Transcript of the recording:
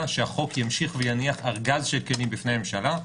שהחוק ימשיך ויניח ארגז כלים בפני הממשלה.